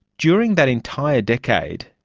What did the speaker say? during that entire decade,